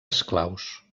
esclaus